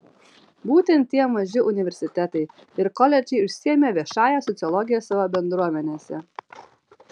būtent tie maži universitetai ir koledžai užsiėmė viešąja sociologija savo bendruomenėse